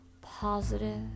positive